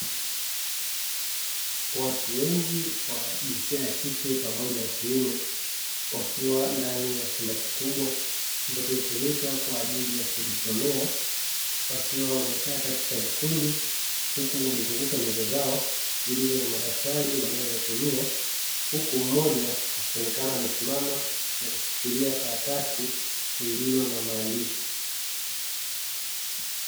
Watu wengi wa jinsia ya kike pamoja na ya kiume wakiwa ndani ya chumba kikubwa ambacho hutumika kwa ajili ya kujisomea wakiwa wamekaa katika vikundi, huku wamezunguka meza zao zillizo na madaftari wanayoyatumia huku mmoja akionekana amesimama na kushikilia karatasi lililo na maandishi.